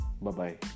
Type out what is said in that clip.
Bye-bye